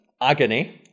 Agony